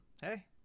Hey